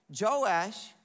Joash